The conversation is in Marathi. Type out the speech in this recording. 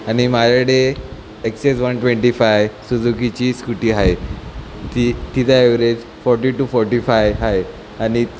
आणि माझ्याकडे एक्सेस वन ट्वेंटी फाय सुझुकीची स्कुटी आहे ती तिचं average forty to forty five आहे आणि